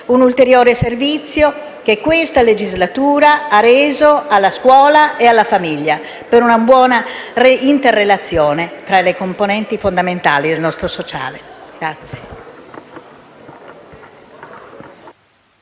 un ulteriore servizio che questa legislatura ha reso alla scuola e alla famiglia, per una buona interrelazione tra le componenti fondamentali del nostro sociale.